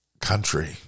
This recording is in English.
country